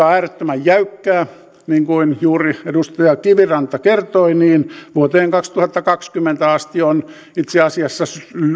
on äärettömän jäykkää niin kuin juuri edustaja kiviranta kertoi vuoteen kaksituhattakaksikymmentä asti on itse asiassa